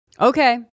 Okay